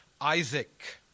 Isaac